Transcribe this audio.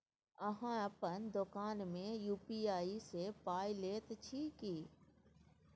अहाँ अपन दोकान मे यू.पी.आई सँ पाय लैत छी की?